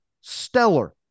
stellar